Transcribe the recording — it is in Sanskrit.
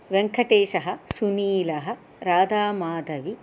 वेङ्कटेशः सुनीलः राधामाधवी